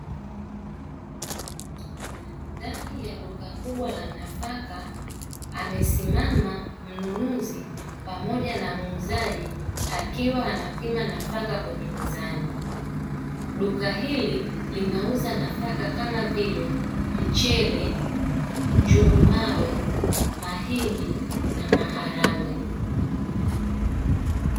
Ndani ya duka kubwa la nafaka amesimama mnunuzi pamoja na muuzaji akiwa anapima nafaka kwenye mizani, duka hili linauza nafaka kama vile mchele, njugu mawe, mahindi na maharagwe.